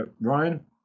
Ryan